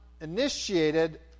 initiated